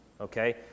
Okay